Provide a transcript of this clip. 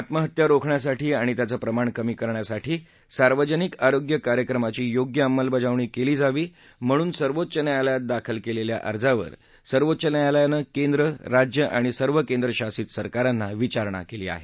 आत्महत्या रोखण्यासाठी आणि त्याचं प्रमाण कमी करण्यासाठी सार्वजनिक आरोग्य कार्यक्रमाची योग्य अंमलबजावणी केली जावी म्हणून सर्वोच्च न्यायालयात दाखल केलेल्या अर्जावर सर्वोच्च न्यायालयानं केंद्र राज्य आणि सर्व केंद्रशासित सरकारांना विचारणा केली आहे